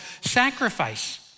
sacrifice